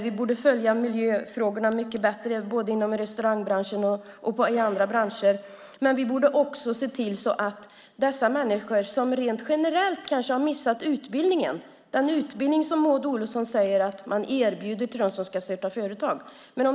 Vi borde följa miljöfrågorna mycket bättre både inom restaurangbranschen och inom andra branscher, men vi borde också se till de människor som generellt missat utbildningen, den utbildning som Maud Olofsson säger att man erbjuder till dem som ska starta företag.